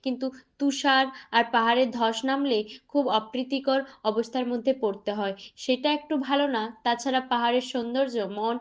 কিন্তু তুষার আর পাহাড়ে ধস নামলে খুব অপ্রীতিকর অবস্থার মধ্যে পড়তে হয় সেটা একটু ভালো না তাছাড়া পাহাড়ের সৌন্দর্য মন